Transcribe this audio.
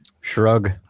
Shrug